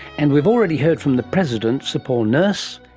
and we've already heard from the president, sir paul nurse,